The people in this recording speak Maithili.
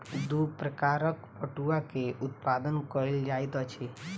दू प्रकारक पटुआ के उत्पादन कयल जाइत अछि